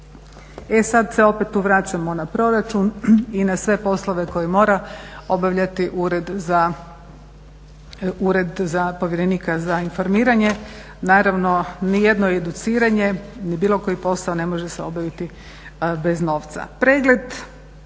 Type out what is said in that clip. E sad se opet tu vraćamo na proračun i na sve poslove koje mora obavljati Ured za povjerenika za informiranje. Naravno, nijedno educiranje ni bilo koji posao ne može se obaviti bez novca. Pregled